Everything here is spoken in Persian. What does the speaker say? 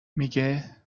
میگه